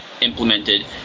implemented